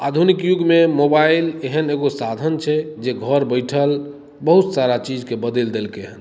आधुनिक युगमे मोबाइल एहन एगो साधन छै जे घर बैसल बहुत सारा चीजके बदलि देलकै हेँ